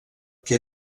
que